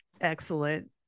Excellent